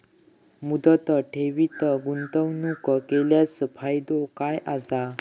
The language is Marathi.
मुदत ठेवीत गुंतवणूक केल्यास फायदो काय आसा?